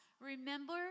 remember